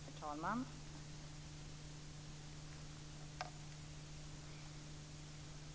Herr talman!